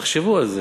תחשבו על זה,